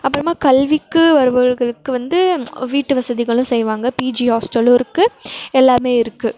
அப்புறமா கல்விக்கு வருபவர்களுக்கு வந்து வீட்டு வசதிகளும் செய்வாங்க பிஜி ஹாஸ்டலும் இருக்குது எல்லாமே இருக்குது